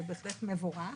זה בהחלט מבורך.